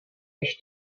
než